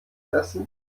essen